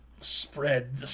Spread